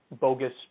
bogus